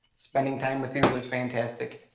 spending time with you was fantastic,